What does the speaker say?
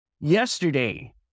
yesterday